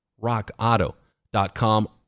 rockauto.com